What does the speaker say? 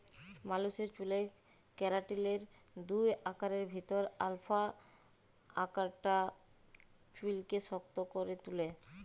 মালুসের চ্যুলে কেরাটিলের দুই আকারের ভিতরে আলফা আকারটা চুইলকে শক্ত ক্যরে তুলে